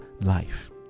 life